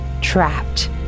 Trapped